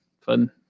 Fun